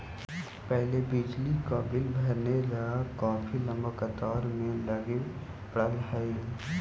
पहले बिजली का बिल भरने ला काफी लंबी कतार में लगे पड़अ हलई